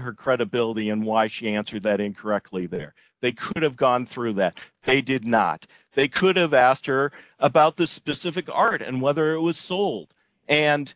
her credibility and why she answered that incorrectly there they could have gone through that they did not they could have asked her about the specific art and whether it was sold and